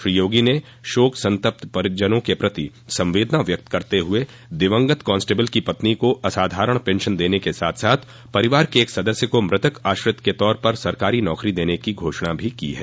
श्री योगी ने शोक संतप्त परिजनों के प्रति संवेदना व्यक्त करते हुये दिवंगत कांस्टेबिल की पत्नी को असाधारण पेंशन देने के साथ साथ परिवार के एक सदस्य को मृतक आश्रित के तौर पर सरकारी नौकरी देने की घोषणा भी की है